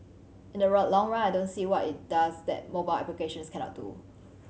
in the run long run I don't see what it does that mobile applications cannot do